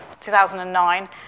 2009